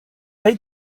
they